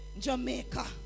Jamaica